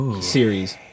series